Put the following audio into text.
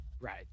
right